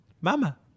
Mama